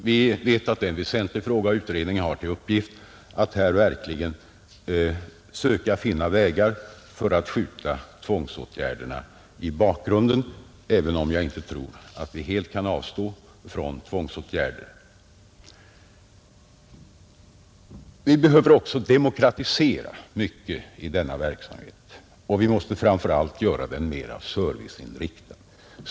Vi vet att det är en väsentlig fråga, och utredningen har till uppgift att här verkligen söka finna vägar för att skjuta tvångsåtgärderna i bakgrunden, även om jag inte tror att vi helt kan avstå från tvångsåtgärder. Vi behöver också demokratisera mycket i denna verksamhet, och vi måste framför allt göra den mera serviceinriktad.